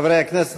חברי הכנסת,